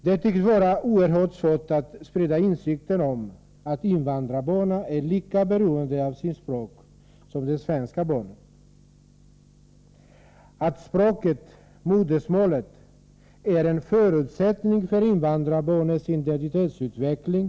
Det tycks vara oerhört svårt att sprida insikten om att invandrarbarnen är lika beroende av sitt språk som de svenska barnen och att språket, modersmålet, är en förutsättning för invandrarbarnens identitetsutveckling.